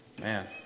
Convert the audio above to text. man